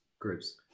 groups